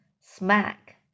smack